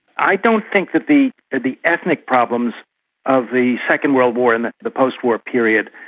i don't think that the the ethnic problems of the second world war in the postwar period,